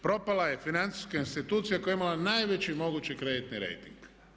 Propala je financijska institucija koja je imala najveći mogući kreditni rejting.